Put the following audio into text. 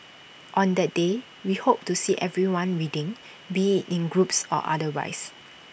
on that day we hope to see everyone reading be IT in groups or otherwise